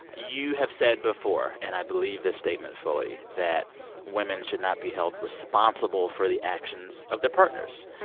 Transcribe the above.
ah you have said before and i believe this statement fully that women should not be held responsible for the actions of their partners.